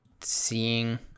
seeing